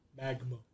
Magma